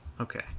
okay